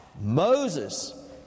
Moses